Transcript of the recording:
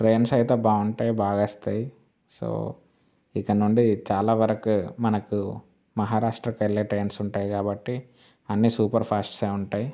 trains అయితే బాగుంటాయి బాగా వస్తాయి సో ఇకనుండి చాలా వరకు మనకు మహారాష్ట్రకి వెళ్ళే ట్రైన్స్ ఉంటాయి కాబట్టి అన్ని సూపర్ ఫాస్ట్స్ ఏ ఉంటాయి